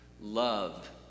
Love